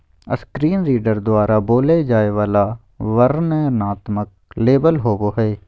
screen reader द्वारा बोलय जाय वला वर्णनात्मक लेबल होबो हइ